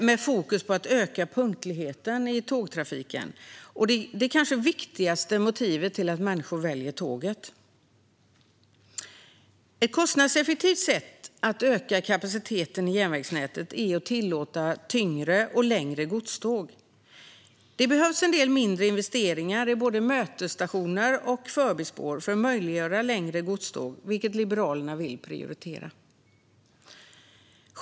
Fokus ligger på att öka punktligheten i tågtrafiken, det kanske viktigaste motivet till att människor väljer tåget. Ett kostnadseffektivt sätt att öka kapaciteten i järnvägsnätet är att tillåta tyngre och längre godståg. Det behövs en del mindre investeringar i både mötesstationer och förbispår för att möjliggöra längre godståg, vilket Liberalerna vill prioritera.